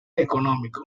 económico